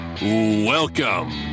Welcome